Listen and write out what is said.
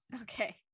Okay